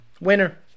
Winner